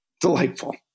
delightful